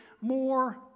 more